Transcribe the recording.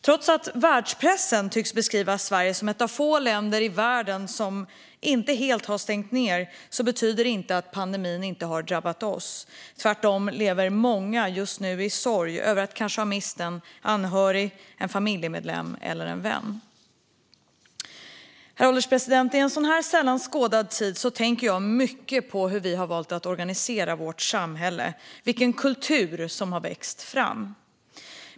Trots att världspressen tycks beskriva Sverige som ett av få länder i världen som inte helt har stängt ned betyder inte det att pandemin inte har drabbat oss. Tvärtom lever många just nu i sorg över att ha mist en anhörig, en familjemedlem eller en vän. Herr ålderspresident! I en sådan här sällan skådad tid tänker jag mycket på hur vi har valt att organisera vårt samhälle, vilken kultur som har växt fram.